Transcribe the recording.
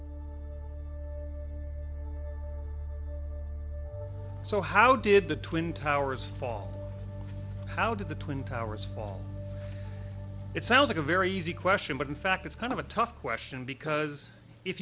thank so how did the twin towers fall how did the twin towers fall it sounds like a very easy question but in fact it's kind of a tough question because if